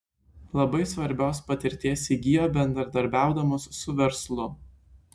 labai svarbios patirties įgijo bendradarbiaudamos su verslu